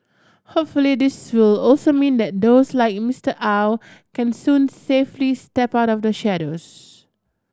hopefully this will also mean that those like Mister Aw can soon safely step out of the shadows